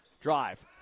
Drive